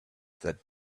that